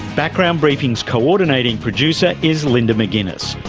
background briefing's coordinating producer is linda mcginness,